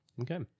okay